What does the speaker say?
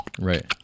right